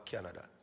Canada